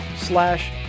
slash